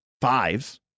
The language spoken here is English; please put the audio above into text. fives